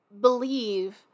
believe